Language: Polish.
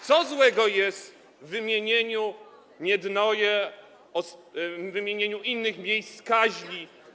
Co złego jest w wymienieniu Miednoje, w wymienieniu innych miejsc kaźni?